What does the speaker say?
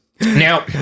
Now